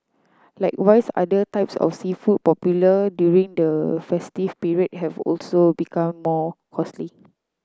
likewise other types of seafood popular during the festive period have also become more costly